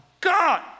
God